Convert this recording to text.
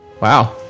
Wow